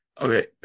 okay